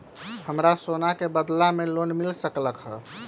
हमरा सोना के बदला में लोन मिल सकलक ह?